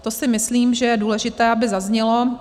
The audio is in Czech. To si myslím, že je důležité, aby zaznělo.